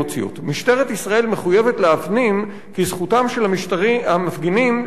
משטרת ישראל מחויבת להפנים כי זכותם של המפגינים לבטא את